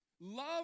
love